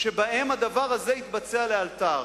שבו הדבר הזה יתבצע לאלתר.